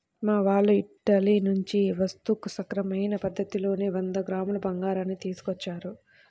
మా వాళ్ళు ఇటలీ నుంచి వస్తూ సక్రమమైన పద్ధతిలోనే వంద గ్రాముల బంగారాన్ని తీసుకొచ్చారు